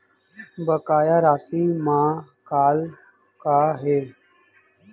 बकाया राशि मा कॉल का हे?